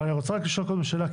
אבל אני רוצה רק לשאול קודם שאלה.